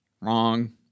wrong